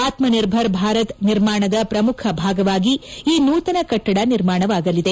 ಆತ್ನಿರ್ಭರ್ ಭಾರತ ನಿರ್ಮಾಣದ ಪ್ರಮುಖ ಭಾಗವಾಗಿ ಈ ನೂತನ ಕಟ್ನಡ ನಿರ್ಮಾಣವಾಗಲಿದೆ